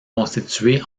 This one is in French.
constituée